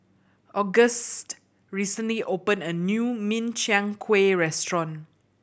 Auguste recently opened a new Min Chiang Kueh restaurant